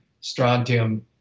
strontium